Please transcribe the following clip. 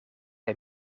hij